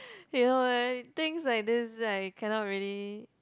you know right things like this like I cannot really